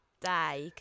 die